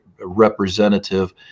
representative